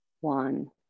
one